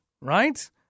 right